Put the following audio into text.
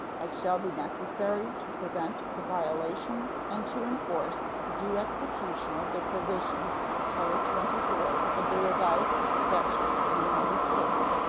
as shall be necessary to prevent the violation and to enforce the due execution of the provisions of title twenty four of the revised statutes of the united states,